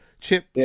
chip